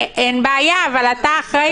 אין בעיה, אבל אתה אחראי.